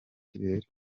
ikirere